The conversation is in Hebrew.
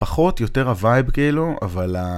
פחות, יותר הווייב כאילו, אבל ה...